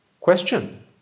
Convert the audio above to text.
question